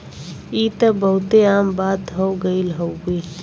ई त बहुते आम बात हो गइल हउवे